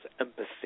empathy